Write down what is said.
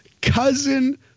cousin